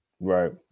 right